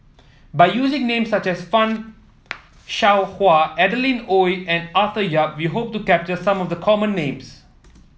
by using names such as Fan Shao Hua Adeline Ooi and Arthur Yap we hope to capture some of the common names